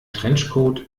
trenchcoat